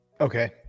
Okay